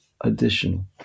Additional